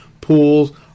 pools